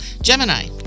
Gemini